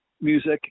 music